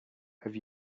have